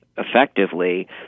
effectively